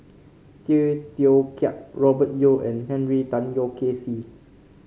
Tay Teow Kiat Robert Yeo and Henry Tan Yoke See